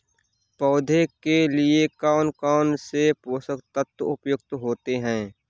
पौधे के लिए कौन कौन से पोषक तत्व उपयुक्त होते हैं?